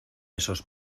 esos